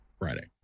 Friday